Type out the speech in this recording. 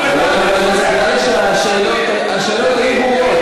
השאלות היו ברורות.